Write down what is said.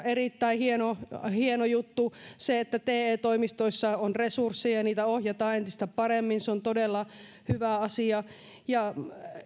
erittäin hieno hieno juttu se että te toimistoissa on resursseja ja niitä ohjataan entistä paremmin on todella hyvä asia